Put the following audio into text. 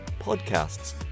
podcasts